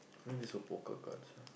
where is your poker cards